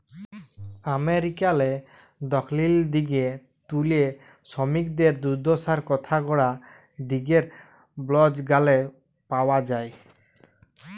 আমেরিকারলে দখ্খিল দিগে তুলে সমিকদের দুদ্দশার কথা গড়া দিগের বল্জ গালে পাউয়া যায়